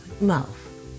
mouth